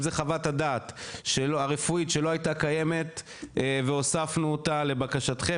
אם זה חוות הדעת הרפואית שלא הייתה קיימת והוספנו אותה לבקשתם,